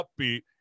upbeat